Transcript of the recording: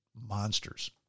monsters